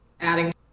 adding